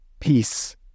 Peace